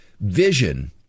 vision